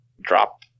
drop